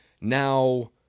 Now